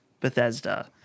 bethesda